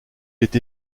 est